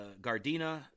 Gardena